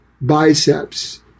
biceps